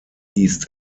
east